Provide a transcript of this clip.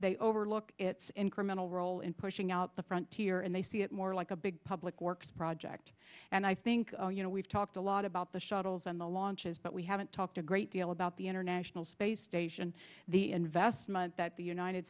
they overlook its incremental role in pushing out the front here and they see it more like a big public works project and i think you know we've talked a lot about the shuttles and the launches but we haven't talked a great deal about the international space station the investment that the united